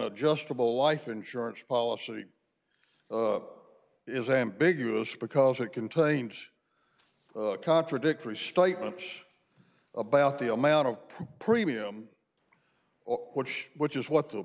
adjustable life insurance policy is ambiguous because it contains contradictory statements about the amount of premium or which which is what the